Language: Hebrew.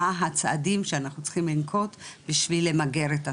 מה הצעדים שאנחנו צריכים לנקוט בשביל למגר את התופעה.